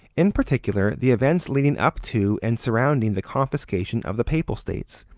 in particular, the events leading up to and surrounding the confiscation of the papal states,